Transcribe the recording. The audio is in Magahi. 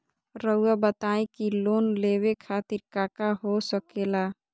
रउआ बताई की लोन लेवे खातिर काका हो सके ला?